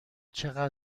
چقدر